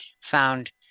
found